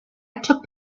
took